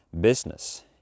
business